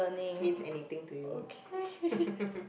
means anything to you